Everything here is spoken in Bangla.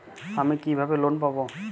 আমি কিভাবে লোন পাব?